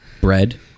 Bread